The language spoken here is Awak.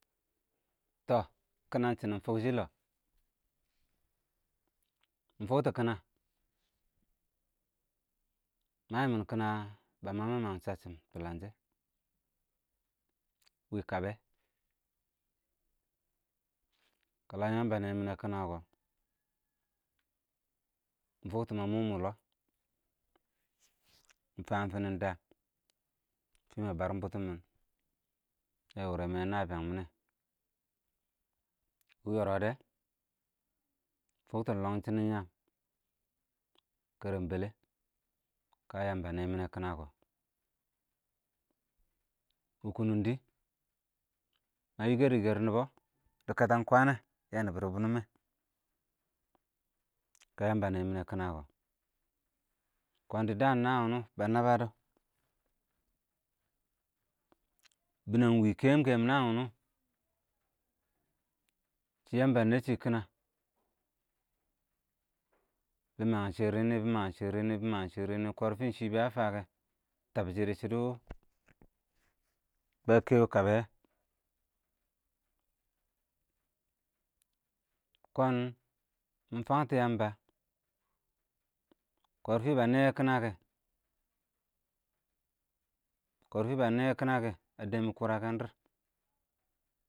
tɔ kənə shɪnɪ fʊkshɪ ɪng lɔɔ, mɪ fʊk tɔ kɪnə mə yɪmɪn kɪnə bə məng-məng shəsshɪm tʊləngshɛ, wɪɪ kəbɛ, kə ləm yəmbə ə nɛyɪmɪnɛ kənə kɔɔ, mɪ fʊktɔ mə mʊmʊ lɔ, ɪng fəə fɪnɛn dəə, fɪɪ mə bərɪm bʊtɔ mɪn, yɛ wʊrɛ mɪ yɛ nəbɪyəng mɪnɛ. wɪɪ yɔrɔ dɛ, mɪ fʊktɔɪng lɔngɪm shɪnɪn yəəm, kərəm bɛlɛ, kə Yəmbə nəyyɛ kɪnə kɔ, wɪɪ kʊnʊng dɪ mə yɪkɛr-yɪkɛr nɪbɔ dɪ kɛtɪn ɪng kwən nɛ yɛ nɪbɔ bʊrʊm ɪng wɛ kə yəmbə ə nɛmɪnɛ kɪnə kɔ, kɔn dɪ dəən nən wʊnʊ bə nəbə dɔ, bɪnɛng ɪng wɪ kɛ- kɛm ɪng nəən wʊnʊ, shɪ ɪng yəmbə ə nɛnshɪ kɪnə, nɪbɪ məngshɪrɪ nɪ bɪməng shɪrɪ, shɪ kɔrfɪ ɪng shɪ bə ə fəə kɛ maghɪ shɪrr yiɪnɪ bɪ maghɪmu shɪrr yɪn bɪ maghun shɪrr yɪɪn kurfɛ shɪ təbɪshɪ dɪ shɪdɔ, bə kɛ wɪɪ kəbɛ, kɔn, mɪ fəng tɔ ɪng yəmbə, kɔrfɪ bə nɛɪyɛ kɪnə kɔ, kɔrfɪ bə nɛyyɛ kɪnə kɛ, ə dɛbmʊ kʊrə kɛ ə dɪrr.